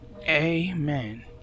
amen